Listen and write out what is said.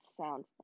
sound